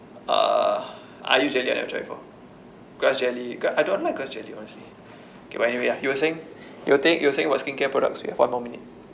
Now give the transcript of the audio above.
uh ai yu jelly I never tried before grass jelly gr~ I don't like grass jelly honestly okay but anyway ya you were saying you were thin~ you were saying what skincare products we have one more minute